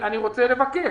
אני רוצה לבקש